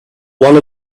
one